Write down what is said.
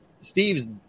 Steve's